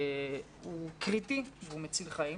הוא קריטי והוא מציל חיים,